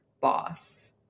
boss